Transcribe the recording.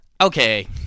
Okay